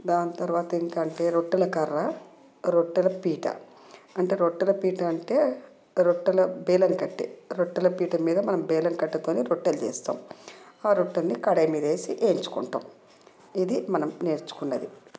దాని తర్వాత ఇంకా అంటే రొట్టెల కర్ర రొట్టెల పీట అంటే రొట్టెల పీట అంటే రొట్టెల బేలన్ కట్టే రొట్టెలు పీట మీద మన బేలన్ కట్టేతోని మనం రొట్టెలు చేస్తాం ఆ రొట్టెలని కడాయి మీద వేసి వేయించుకుంటాం ఇది మనం నేర్చుకున్నది